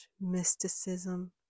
mysticism